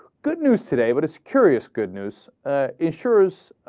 good news today but it's curious goodness ah. insurers ah.